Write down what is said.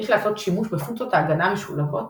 יש לעשות שימוש בפונקציות הגנה המשולבות